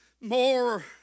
more